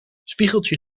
spiegeltje